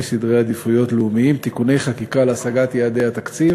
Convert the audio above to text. סדרי עדיפויות לאומיים (תיקוני חקיקה להשגת יעדי התקציב